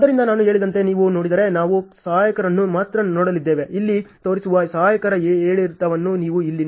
ಆದ್ದರಿಂದ ನಾನು ಹೇಳಿದಂತೆ ನೀವು ನೋಡಿದರೆ ನಾವು ಸಹಾಯಕರನ್ನು ಮಾತ್ರ ನೋಡಲಿದ್ದೇವೆ ಇಲ್ಲಿ ತೋರಿಸಿರುವ ಸಹಾಯಕರ ಏರಿಳಿತವನ್ನು ನೀವು ಇಲ್ಲಿ ನೋಡಿದರೆ